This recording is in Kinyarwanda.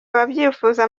ababyifuza